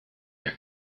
der